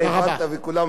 נכון, אבל אתה יודע,